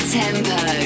tempo